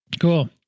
Cool